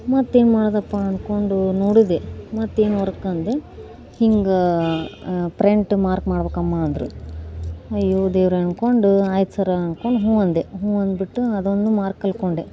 ಮತ್ತೇನು ಮಾಡೋದಪ್ಪ ಅಂದ್ಕೊಂಡು ನೋಡಿದೆ ಮತ್ತೇನು ವರ್ಕ್ ಅಂದೆ ಹೀಗಾ ಪ್ರಂಟ್ ಮಾರ್ಕ್ ಮಾಡ್ಬೇಕಮ್ಮ ಅಂದರು ಅಯ್ಯೋ ದೇವರೇ ಅಂದ್ಕೊಂಡು ಆಯ್ತು ಸರ್ ಅಂದ್ಕೊಂಡು ಹೂ ಅಂದೆ ಹೂ ಅಂದ್ಬಿಟ್ಟು ಅದೊಂದು ಮಾರ್ಕ್ ಕಲ್ತ್ಕೊಂಡೆ